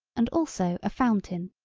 and also a fountain.